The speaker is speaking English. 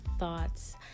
Thoughts